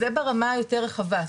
אז זה ברמה היותר רחבה.